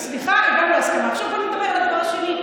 סליחה, אני לא, אז שהיא תסכים עם ינון אזולאי,